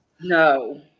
no